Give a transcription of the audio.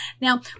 Now